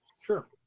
Sure